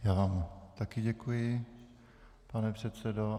Já vám také děkuji, pane předsedo.